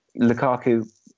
Lukaku